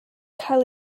cael